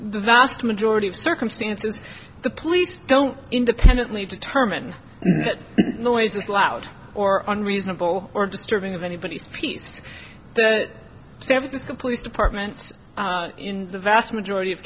the vast majority of circumstances the police don't independently determine that noise is loud or unreasonable or disturbing of anybody's peace san francisco police department in the vast majority of